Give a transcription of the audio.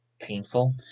painful